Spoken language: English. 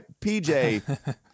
PJ